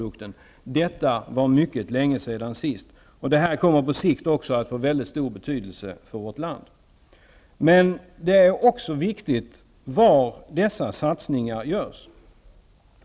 Och det var mycket länge sedan som det senast skedde. Detta kommer på sikt att få mycket stor betydelse för vårt land. Det är emellertid också viktigt var dessa satsningar görs.